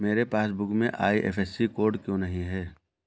मेरे पासबुक में IFSC code क्यो नहीं है?